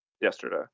yesterday